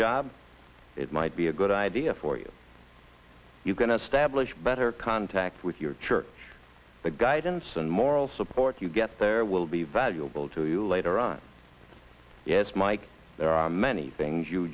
job it might be a good idea for you you're going to stablish better contact with your church the guidance and moral support you get there will be valuable to you later on yes mike there are many things you